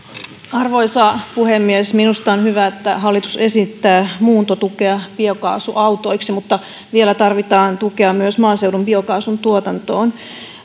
arvoisa puhemies minusta on hyvä että hallitus esittää muuntotukea biokaasuautoiksi mutta vielä tarvitaan tukea myös maaseudun biokaasun tuotantoon